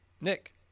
Nick